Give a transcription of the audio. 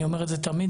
אני אומר את זה תמיד,